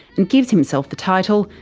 and gives himself the title,